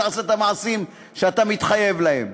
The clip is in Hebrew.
אתה תעשה את המעשים שאתה מתחייב להם.